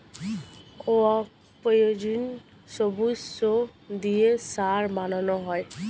অপ্রয়োজনীয় সবুজ শস্য দিয়ে সার বানানো হয়